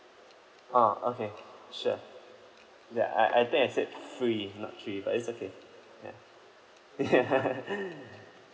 oh okay sure ya I I think I said free not three but it's okay ya ya